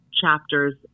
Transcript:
chapters